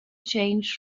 change